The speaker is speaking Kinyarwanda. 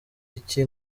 iki